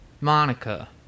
Monica